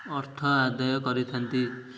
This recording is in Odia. ଅର୍ଥ ଆଦାୟ କରିଥାନ୍ତି